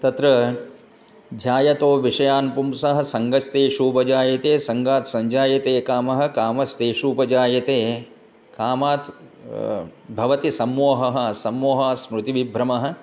तत्र जायतः विषयान् पुंसः सङ्गस्तेषूपजायते सङ्गात् सञ्जायते कामः कामस्तेषूपजायते कामात् भवति सम्मोहः सम्मोहात् स्मृतिविभ्रमः